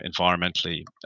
environmentally